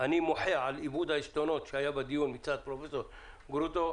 אני מוחה על איבוד העשתונות שהיה בדיון מצד פרופ' גרוטו.